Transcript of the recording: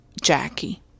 Jackie